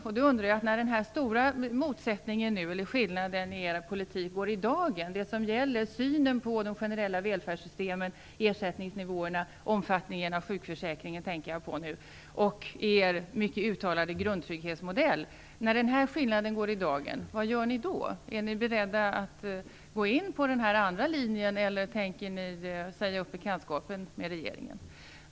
Men vad gör ni när den stora motsättningen kommer i dagen när det gäller synen på de generella välfärdssystemen, ersättningsnivåerna - jag tänker då på omfattningen av sjukförsäkringen - och er mycket uttalade grundtrygghetsmodell? Är ni beredda att gå in på den andra linjen eller tänker ni säga upp bekantskapen med regeringen?